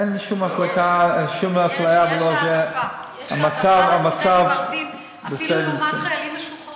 יש העדפה לסטודנטים ערבים אפילו לעומת חיילים משוחררים.